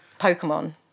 Pokemon